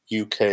uk